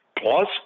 plus